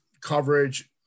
coverage